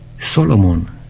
Solomon